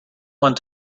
went